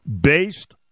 based